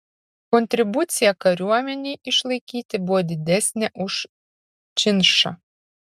kontribucija kariuomenei išlaikyti buvo didesnė už činšą